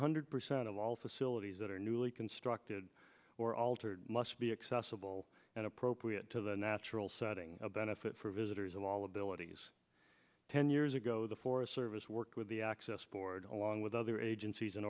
hundred percent of all facilities that are newly constructed or altered must be accessible and appropriate to the natural setting a benefit for visitors of all abilities ten years ago the forest service worked with the access board along with other agencies and